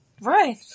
Right